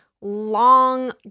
long